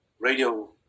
radio